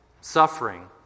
Suffering